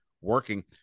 working